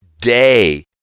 day